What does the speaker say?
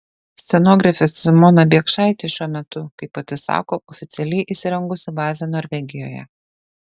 scenografė simona biekšaitė šiuo metu kaip pati sako oficialiai įsirengusi bazę norvegijoje